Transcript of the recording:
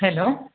hello